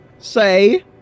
say